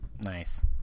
Nice